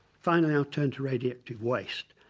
finally i'll turn to radioactive waste.